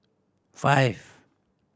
five